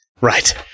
Right